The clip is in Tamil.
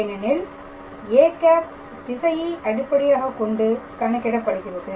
ஏனெனில் â திசையை அடிப்படையாக கொண்டு கணக்கிடப்படுகிறது